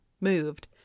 moved